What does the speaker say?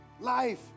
Life